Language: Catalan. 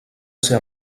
ser